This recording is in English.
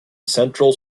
central